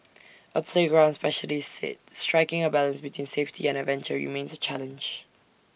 A playground specialist said striking A balance between safety and adventure remains A challenge